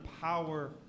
power